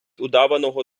удаваного